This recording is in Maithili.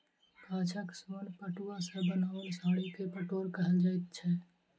गाछक सोन पटुआ सॅ बनाओल साड़ी के पटोर कहल जाइत छै